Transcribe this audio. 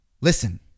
Listen